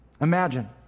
Imagine